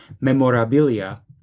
Memorabilia